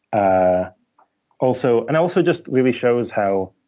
ah also and also just really shows how